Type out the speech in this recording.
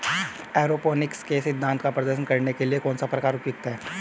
Aeroponics के सिद्धांत का प्रदर्शन करने के लिए कौन सा प्रकार उपयुक्त है?